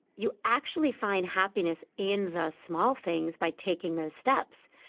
you actually find happiness in the small things by taking those steps.